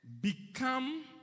Become